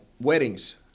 weddings